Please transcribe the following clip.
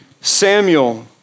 Samuel